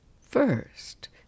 First